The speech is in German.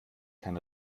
kann